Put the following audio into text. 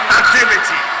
activity